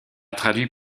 traduit